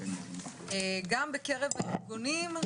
גם בקרב הארגונים,